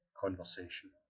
conversation